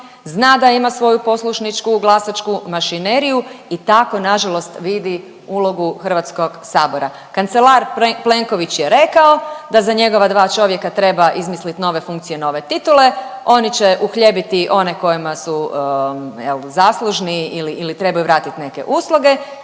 zna da ima svoju poslušničku glasačku mašineriju i tako, nažalost vidi ulogu HS-a. Kancelar Plenković je rekao da za njegova dva čovjeka treba izmisliti nove funkcije, nove titule, oni će uhljebiti one kojima su, je li, zaslužni ili trebaju vratiti neke usluge